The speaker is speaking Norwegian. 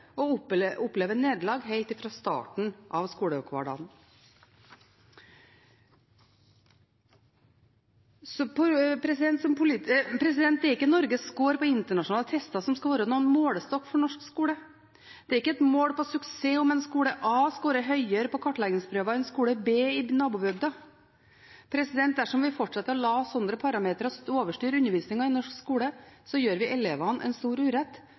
Det er ikke Norges skår på internasjonale tester som skal være noen målestokk for norsk skole. Det er ikke et mål på suksess om skole A skårer høyere på kartleggingsprøver enn skole B i nabobygda. Dersom vi fortsetter å la slike parametere overstyre undervisningen i norsk skole, gjør vi elevene en stor urett,